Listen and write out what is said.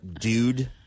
dude